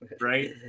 Right